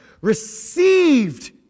Received